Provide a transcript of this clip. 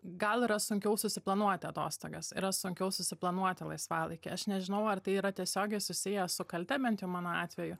gal yra sunkiau susiplanuoti atostogas yra sunkiau susiplanuoti laisvalaikį aš nežinau ar tai yra tiesiogiai susiję su kalte bent jau mano atveju